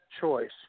choice